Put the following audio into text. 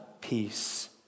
peace